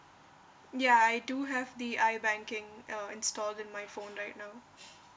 ya I do have the i banking uh installed in my phone right now